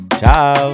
Ciao